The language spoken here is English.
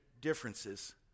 differences